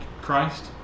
Christ